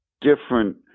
different